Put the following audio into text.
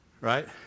right